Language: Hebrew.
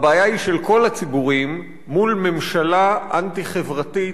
הבעיה היא של כל הציבורים מול ממשלה אנטי-חברתית,